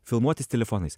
filmuotis telefonais